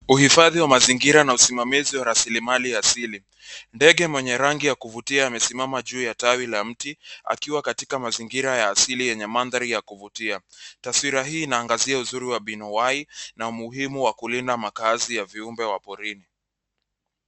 Uhifadhi wa mazingira na usimamizi wa rasilimali asili. Ndege mwenye rangi ya kuvutia amesimama juu ya tawi la mti akiwa katika mazingira ya asili yenye mandhari ya kuvutia. Taswira hii inangazia uzuri wa mbinuuai na umuhimu wa kulinda makazi ya viumbe wa porini.